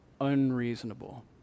unreasonable